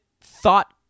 thought